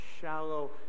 shallow